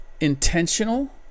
intentional